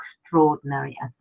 extraordinary